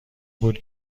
بود